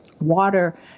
water